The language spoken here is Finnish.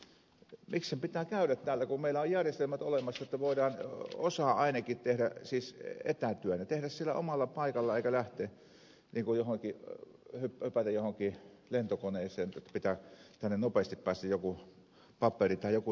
miksi hänen pitää käydä täällä kun meillä on järjestelmät olemassa että voidaan ainakin osa tehdä siis etätyönä tehdä sillä omalla paikallaan eikä lähteä hypätä johonkin lentokoneeseen että pitää tänne nopeasti päästä joku paperi tai joku nenäkkäin näkemään